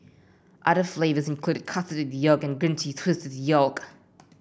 other flavours include custard with yolk and green tea twist with yolk